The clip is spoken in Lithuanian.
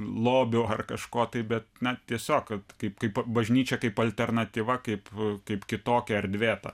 lobių ar kažko taip bet na tiesiog kad kaip kaip bažnyčia kaip alternatyva kaip kaip kitokia erdvė ta